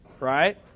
right